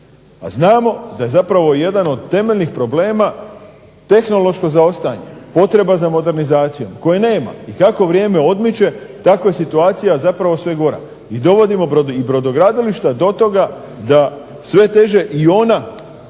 A znamo da je zapravo jedan od temeljnih problema tehnološko zaostajanje, potreba za modernizacijom koje nema i kako vrijeme odmiče tako je situacija zapravo sve gora. I dovodimo i brodogradilišta do toga da sve teže i ona